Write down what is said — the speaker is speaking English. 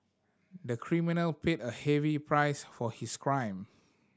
the criminal paid a heavy price for his crime